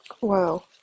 Wow